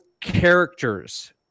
characters